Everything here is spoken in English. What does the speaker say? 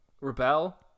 Rebel